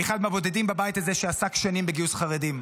אני אחד מהבודדים בבית הזה שעסק שנים בגיוס חרדים.